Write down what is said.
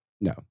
no